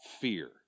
fear